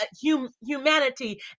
humanity